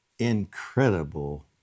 incredible